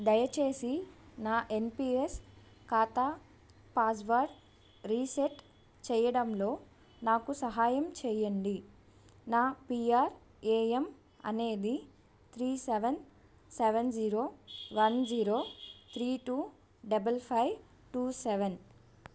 దయచేసి నా N P S ఖాతా పాస్వర్డ్ రీసెట్ చేయడంలో నాకు సహాయం చేయండి నా పీ ఆర్ ఏ ఎమ్ అనేది three seven seven zero one zero three two double five two seven